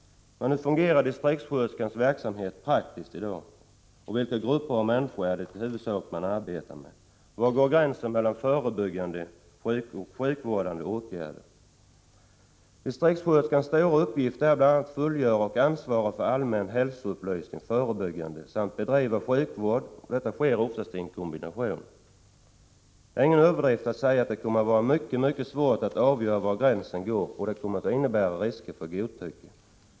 Men hur fungerar distriktssköterskornas arbete praktiskt i dag, och i huvudsak vilka grupper av människor är det man arbetar med? Var går gränsen mellan sjukvårdande och förebyggande åtgärder? I distriktssköterskornas uppgifter ingår bl.a. att sprida och ansvara för allmän hälsoupplysning i förebyggande syfte samt att bedriva sjukvård. Dessa uppgifter fullgörs oftast i kombination. Det är ingen överdrift att säga att det kommer att vara mycket svårt att avgöra var gränsen går och att detta innebär risker för godtycke.